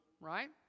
right